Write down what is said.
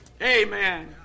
Amen